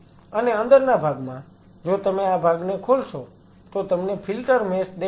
અને અંદરના ભાગમાં જો તમે આ ભાગને ખોલશો તો તમને ફિલ્ટર મેશ દેખાશે